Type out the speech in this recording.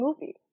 movies